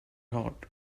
hot